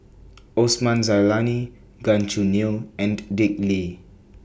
Osman Zailani Gan Choo Neo and Dick Lee